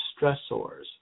stressors